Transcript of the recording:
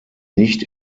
nicht